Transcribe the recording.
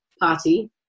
party